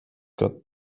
got